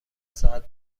ساعت